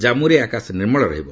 ଜାନ୍ମୁରେ ଆକାଶ ନିର୍ମଳ ରହିବ